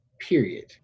Period